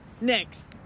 next